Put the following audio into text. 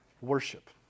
worship